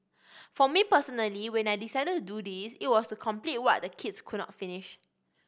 for me personally when I decided to do this it was to complete what the kids could not finish